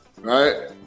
Right